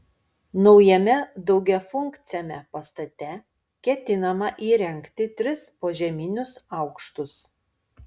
naujame daugiafunkciame pastate ketinama įrengti tris požeminius aukštus